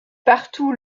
partout